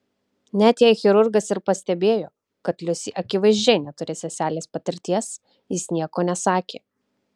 net jei chirurgas ir pastebėjo kad liusė akivaizdžiai neturi seselės patirties jis nieko nesakė